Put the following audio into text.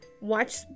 Watch